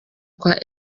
kwa